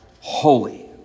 holy